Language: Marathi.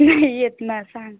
नाही येत ना सांग